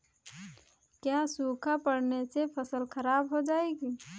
क्या सूखा पड़ने से फसल खराब हो जाएगी?